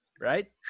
right